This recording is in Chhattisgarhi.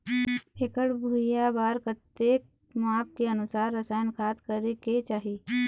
एकड़ भुइयां बार कतेक माप के अनुसार रसायन खाद करें के चाही?